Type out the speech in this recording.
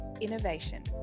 innovation